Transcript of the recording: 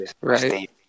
Right